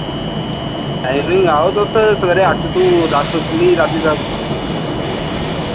timing आओ तुस सवेरै अट्ठ टू दस खु'ल्ली दी राती तक